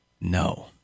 No